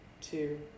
two